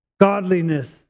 godliness